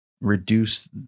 reduce